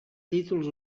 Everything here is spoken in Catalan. títols